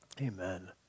amen